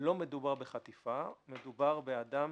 לא מדובר בחטיפה, מדובר באדם